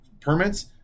permits